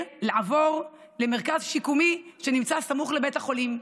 לעבור למרכז שיקומי שנמצא סמוך לבית החולים,